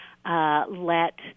Let